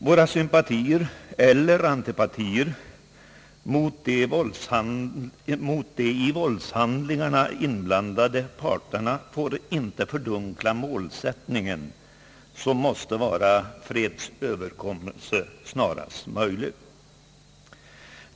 Våra sympatier eller antipatier mot de i våldshandlingarna inblandade parterna får inte fördunkla målsättningen, som måste vara fredsöverenskommelse snarast möjligt.